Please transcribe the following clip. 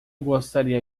gostaria